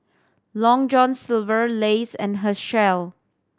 Long John Silver Lays and Herschel